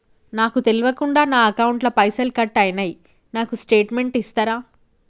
నాకు తెల్వకుండా నా అకౌంట్ ల పైసల్ కట్ అయినై నాకు స్టేటుమెంట్ ఇస్తరా?